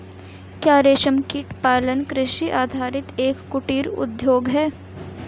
क्या रेशमकीट पालन कृषि आधारित एक कुटीर उद्योग है?